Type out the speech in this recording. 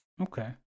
Okay